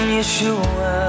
Yeshua